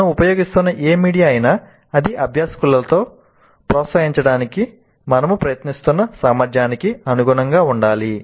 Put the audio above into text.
మనము ఉపయోగిస్తున్న ఏ మీడియా అయినా అది అభ్యాసకులలో ప్రోత్సహించడానికి మనము ప్రయత్నిస్తున్న సామర్థ్యానికి అనుగుణంగా ఉండాలి